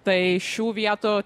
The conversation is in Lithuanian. tai šių vietų